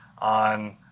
on